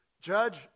judge